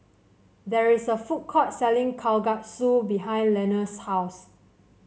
there is a food court selling Kalguksu behind Leonor's house